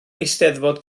eisteddfod